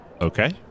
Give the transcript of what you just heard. okay